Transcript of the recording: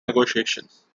negotiations